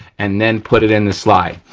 and then put it in the slide.